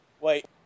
Wait